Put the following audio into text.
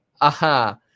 Aha